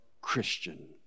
Christian